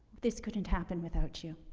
this couldn't happen without you.